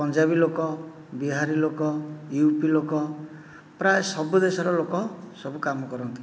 ପଞ୍ଜାବୀ ଲୋକ ବିହାରୀ ଲୋକ U P ଲୋକ ପ୍ରାୟ ସବୁଦେଶର ଲୋକ ସବୁ କାମ କରନ୍ତି